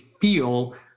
feel